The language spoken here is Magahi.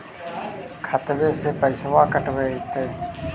खतबे से पैसबा कटतय?